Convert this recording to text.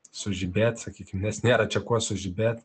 sužibėt sakykim nes nėra čia kuo sužibėt